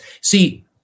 see